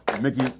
Mickey